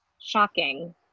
shocking